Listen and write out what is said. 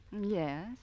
Yes